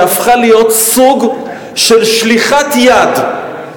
שהפכה להיות סוג של שליחת יד,